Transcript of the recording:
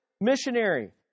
missionary